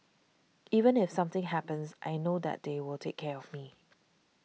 even if something happens I know that they will take care of me